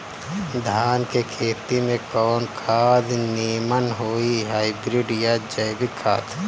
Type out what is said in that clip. धान के खेती में कवन खाद नीमन होई हाइब्रिड या जैविक खाद?